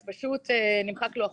אז פשוט נמחק לו החוב.